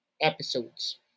episodes